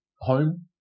home